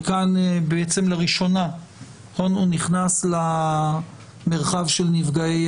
וכאן לראשונה הוא נכנס למרחב של נפגעי